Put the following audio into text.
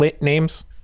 names